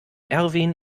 erwin